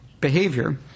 behavior